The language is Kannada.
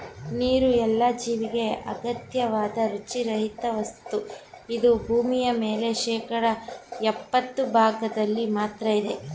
ನೀರುಎಲ್ಲ ಜೀವಿಗೆ ಅಗತ್ಯವಾದ್ ರುಚಿ ರಹಿತವಸ್ತು ಇದು ಭೂಮಿಮೇಲೆ ಶೇಕಡಾ ಯಪ್ಪತ್ತು ಭಾಗ್ದಲ್ಲಿ ಮಾತ್ರ ಇದೆ